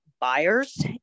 buyers